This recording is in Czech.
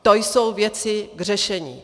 To jsou věci k řešení.